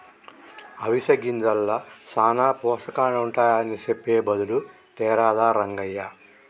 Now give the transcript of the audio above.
అవిసె గింజల్ల సానా పోషకాలుంటాయని సెప్పె బదులు తేరాదా రంగయ్య